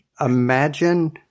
imagine